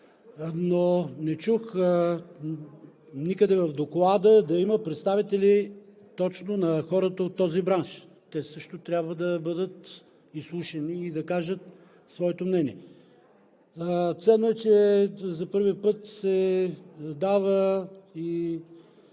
но не чух никъде в Доклада да има представители точно на хората от този бранш. Те също трябва да бъдат изслушани и да кажат своето мнение. Ценно е, че за първи път се дава и